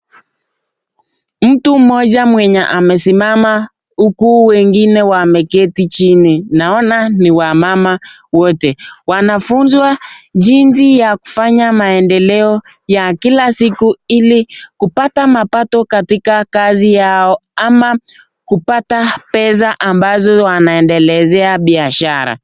Mtu mmoja mwenye amesimama huku wengine wameketi chini naona ni wamama wote. Wanafunzwa jinsi ya kufanya maendeleo ya kila siku ili kupata mapato katika kazi yao ama kupata pesa ambazo wanaendelezea biashara.